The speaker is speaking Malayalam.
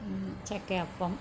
ചക്കയപ്പം